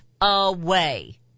away